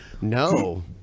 No